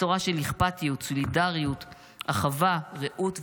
בשורה של אכפתיות, סולידריות, אחווה, רעות ותקווה.